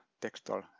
textual